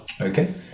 Okay